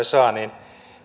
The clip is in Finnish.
saa niin